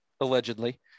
allegedly